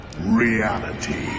Reality